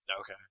Okay